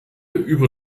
über